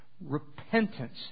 Repentance